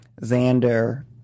Xander